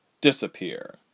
disappear